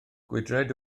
gwydraid